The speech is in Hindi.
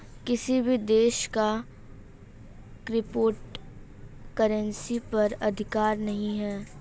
किसी भी देश का क्रिप्टो करेंसी पर अधिकार नहीं है